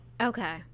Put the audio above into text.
Okay